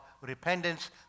repentance